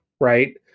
Right